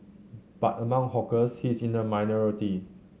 but among hawkers he is in the minority